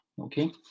okay